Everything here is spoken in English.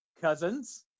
Cousins